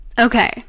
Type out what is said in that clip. okay